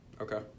Okay